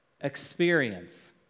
experience